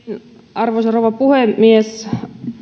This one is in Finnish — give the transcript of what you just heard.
arvoisa rouva puhemies